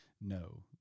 no